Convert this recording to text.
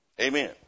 Amen